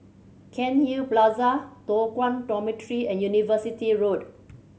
Cairnhill Plaza Toh Guan Dormitory and University Road